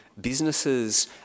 businesses